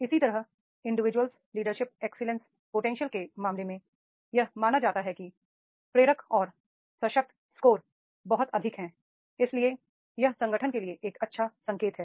इसी तरह individuals leadership excellence potential के मामले में यह माना जाता है कि प्रेरक और सशक्त स्कोर बहुत अधिक है इसलिए यह संगठन के लिए एक अच्छा संकेत है